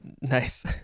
Nice